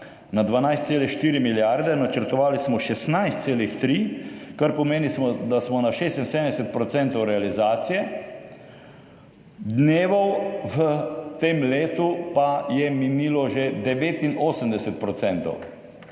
na 12,4 milijarde, načrtovali smo 16,3, kar pomeni smo, da smo na 76 % realizacije, v tem letu pa je minilo že 89